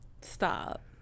Stop